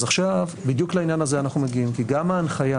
בדיוק לעניין הזה אנחנו מגיעים כי גם ההנחיה